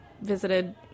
visited